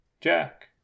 Jack